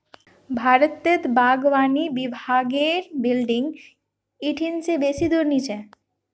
भारतत बागवानी विभागेर बिल्डिंग इ ठिन से बेसी दूर नी छेक